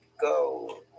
go